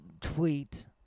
tweet